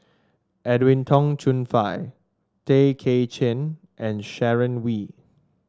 Edwin Tong Chun Fai Tay Kay Chin and Sharon Wee